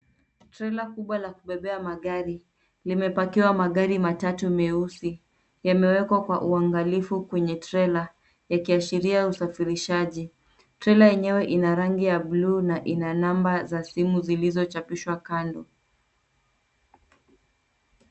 Trela kubwa la kubebea magari limepakiwa magari matatu meusi. Yamewekwa kwa uangalifu kwenye trela yakiashiria usafirishaji. Trela enyewe ina rangi ya buluu na ina namba za simu zilizochapishwa kando.